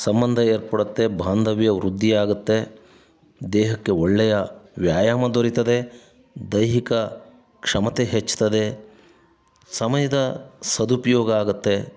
ಸಂಬಂಧ ಏರ್ಪಡುತ್ತೆ ಬಾಂಧವ್ಯ ವೃದ್ಧಿಯಾಗುತ್ತೆ ದೇಹಕ್ಕೆ ಒಳ್ಳೆಯ ವ್ಯಾಯಾಮ ದೊರೀತದೆ ದೈಹಿಕ ಕ್ಷಮತೆ ಹೆಚ್ತದೆ ಸಮಯದ ಸದುಪಯೋಗ ಆಗುತ್ತೆ